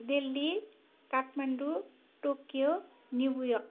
Delhi Kathmandu Tokyo New York